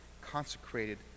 consecrated